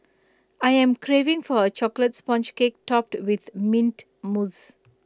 I am craving for A Chocolate Sponge Cake Topped with Mint Mousse